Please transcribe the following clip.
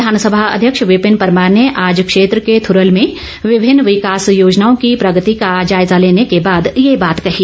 विधानसभा अध्यक्ष विपिन परमार ने आज क्षेत्र के थुरल में विभिन्न विकास योजनाओं की प्रगति का जायजा लेने के बाद ये बात कही